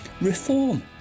reform